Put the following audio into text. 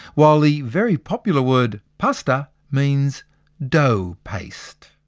while the very popular word pasta means dough paste.